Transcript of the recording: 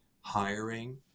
hiring